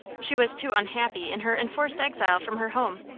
she was too unhappy in her enforced exile from her home,